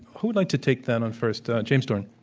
who would like to take that on first? james dorn.